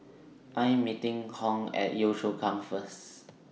I Am meeting Hung At Yio Chu Kang First